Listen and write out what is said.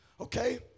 Okay